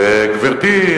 וגברתי,